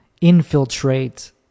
infiltrate